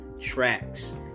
tracks